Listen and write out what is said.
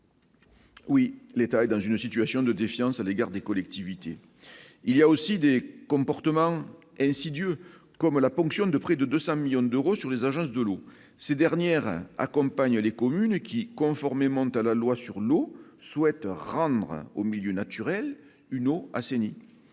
Oui, l'État est dans une situation de défiance à l'égard des collectivités, il y a aussi des comportement insidieux comme la ponction de près de 200 millions d'euros sur les agences de l'eau ces dernières accompagner les communes qui, conformément à la loi sur l'eau souhaitera rendre au milieu naturel une eau assainie,